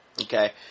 Okay